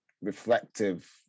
reflective